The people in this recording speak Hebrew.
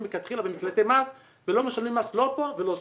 מלכתחילה במקלטי מס ולא משלמים מס לא פה ולא שם.